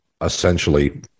essentially